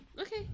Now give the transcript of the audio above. Okay